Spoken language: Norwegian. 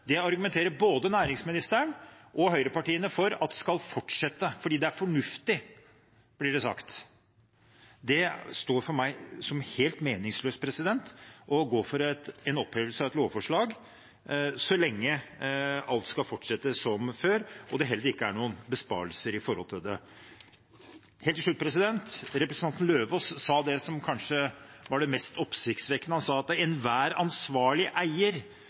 argumenterer både næringsministeren og høyrepartiene for at skal fortsette – fordi det er fornuftig, blir det sagt. Det står for meg som helt meningsløst å gå for en opphevelse av et lovforslag så lenge alt skal fortsette som før, og det heller ikke er noen besparelser. Helt til slutt: Representanten Eidem Løvaas sa det som kanskje var det mest oppsiktsvekkende. Han sa at enhver ansvarlig eier